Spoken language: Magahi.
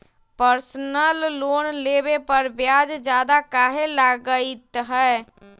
पर्सनल लोन लेबे पर ब्याज ज्यादा काहे लागईत है?